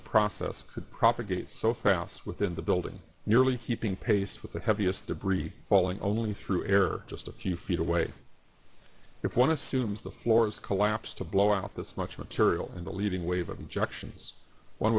a process could propagate so fast within the building nearly heaping pace with the heaviest debris falling only through air just a few feet away if one assumes the floors collapsed to blow out this much material and the leading wave of objections one